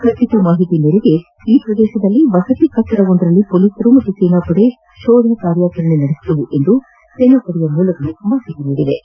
ಖಚಿತ ಮಾಹಿತಿ ಮೇರೆಗೆ ಈ ಪ್ರದೇಶದಲ್ಲಿ ವಸತಿ ಕಟ್ಟಡವೊಂದರಲ್ಲಿ ಪೊಲೀಸರು ಹಾಗೂ ಸೇನಾಪಡೆ ಶೋಧ ಕಾರ್ಯಾಚರಣೆ ನಡೆಸಿದವು ಎಂದು ಸೇನಾ ಮೂಲಗಳು ತಿಳಿಸಿವೆ